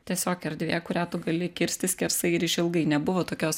tiesiog erdvė kurią tu gali kirsti skersai ir išilgai nebuvo tokios